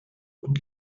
und